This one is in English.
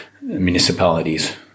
municipalities